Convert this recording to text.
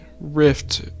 rift